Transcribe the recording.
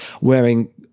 wearing